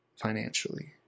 financially